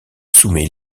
soumet